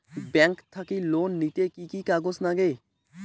Bank থাকি loan নিতে কি কি কাগজ নাগে?